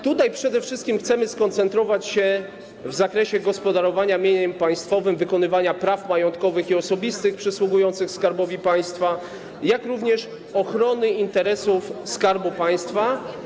Tutaj przede wszystkim chcemy skoncentrować się na zakresie gospodarowania mieniem państwowym, wykonywania praw majątkowych i osobistych, przysługujących Skarbowi Państwa, jak również ochrony interesów Skarbu Państwa.